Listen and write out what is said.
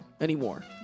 anymore